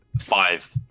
five